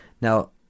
Now